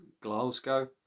Glasgow